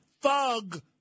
thug